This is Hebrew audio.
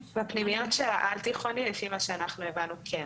בפנימיות של העל-תיכוני לפי מה שאנחנו הבנו אז כן.